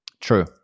True